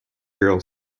girl